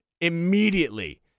immediately